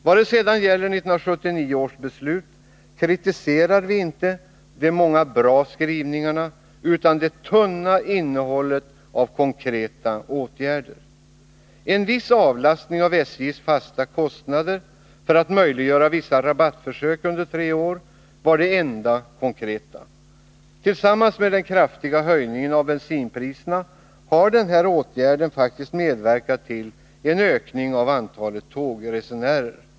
Vad sedan beträffar 1979 års beslut, kritiserar vi inte de många bra skrivningarna utan det tunna innehållet av konkreta åtgärder. En viss avlastning av SJ:s fasta kostnader för att möjliggöra vissa rabattförsök under tre år var det enda konkreta. Tillsammans med den kraftiga höjningen av bensinpriserna har denna åtgärd faktiskt medverkat till en ökning av antalet tågresenärer.